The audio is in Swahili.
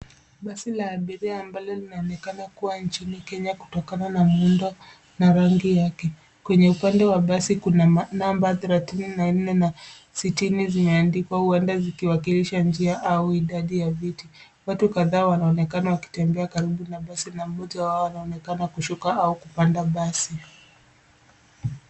Basi la abiria ambalo linaonekana kuwa nchini Kenya kutokana na muundo na rangi yake. Kwenye upande wa basi kuna namba thelathini na nne na sitini zimeandikwa huenda zikiwakilisha njia au idadi ya viti. Watu kadhaa wanaonekana wakitembea karibu na basi na mmoja wao anaonekana kushuka au kupanda basi.